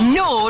no